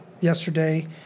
yesterday